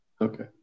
Okay